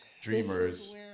dreamers